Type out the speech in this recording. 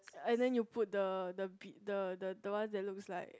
and then you put the the be~ the the one that looks like